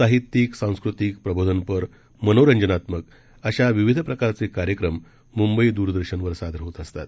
साहित्यिक सांस्कृतिक प्रबोधनपर मनोरंजनात्मक अशा विविध प्रकारचे कार्यक्रम म्ंबई द्रदर्शनवर सादर होत असतात